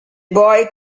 boy